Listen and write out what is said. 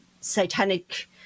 satanic